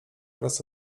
oraz